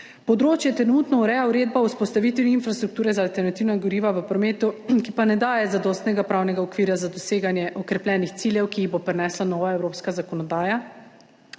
Področje trenutno ureja Uredba o vzpostavitvi infrastrukture za alternativna goriva v prometu, ki pa ne daje zadostnega pravnega okvira za doseganje okrepljenih ciljev, ki jih bo prinesla nova evropska zakonodaja.